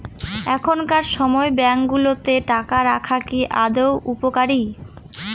এখনকার সময় ব্যাঙ্কগুলোতে টাকা রাখা কি আদৌ উপকারী?